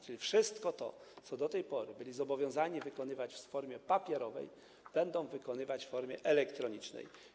Czyli wszystko to, co do tej pory byli zobowiązani wykonywać w formie papierowej, będą wykonywać w formie elektronicznej.